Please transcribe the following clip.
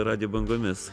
radijo bangomis